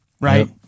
right